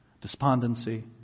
despondency